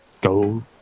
go